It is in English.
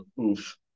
Oof